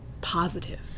positive